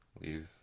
leave